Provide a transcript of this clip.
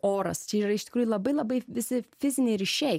oras čia yra iš tikrųjų labai labai visi fiziniai ryšiai